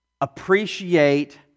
appreciate